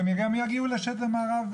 והם גם יגיעו למערב,